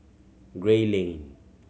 Gray Lane